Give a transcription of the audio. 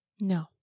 No